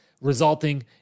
resulting